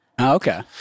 okay